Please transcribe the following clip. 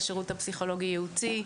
השירות הפסיכולוגי ייעוצי.